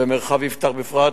ומרחב יפתח בפרט,